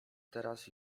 teraz